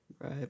Right